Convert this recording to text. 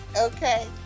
Okay